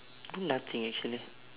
do nothing actually